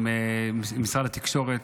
עם משרד התקשורת.